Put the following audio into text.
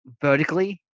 vertically